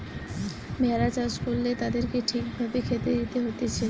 ভেড়া চাষ করলে তাদেরকে ঠিক ভাবে খেতে দিতে হতিছে